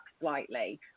slightly